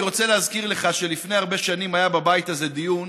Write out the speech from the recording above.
אני רוצה להזכיר לך שלפני הרבה שנים היה בבית הזה דיון